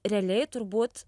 realiai turbūt